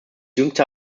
jüngste